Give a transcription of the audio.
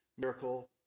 miracle